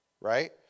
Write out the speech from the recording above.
right